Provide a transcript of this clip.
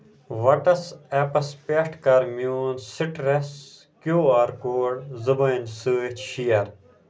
whats ایپَس پٮ۪ٹھ کَر میون سِٹرٛٮ۪س کیوٗ آر کوڈ زَبٲنۍ سۭتۍ شیر